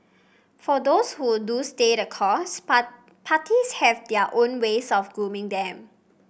for those who do stay the course parties have their own ways of grooming them